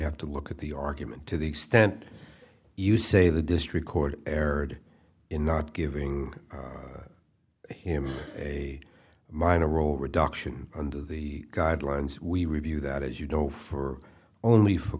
have to look at the argument to the extent you say the district court erred in not giving him a minor role reduction under the guidelines we review that is you know for only for